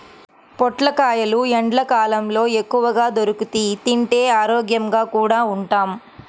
పొట్లకాయలు ఎండ్లకాలంలో ఎక్కువగా దొరుకుతియ్, తింటే ఆరోగ్యంగా కూడా ఉంటాం